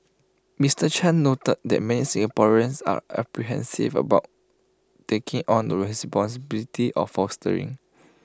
Mister chan noted that many Singaporeans are apprehensive about taking on the responsibility of fostering